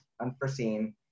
unforeseen